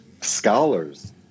scholars